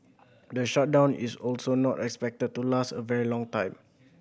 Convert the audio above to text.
the shutdown is also not expected to last a very long time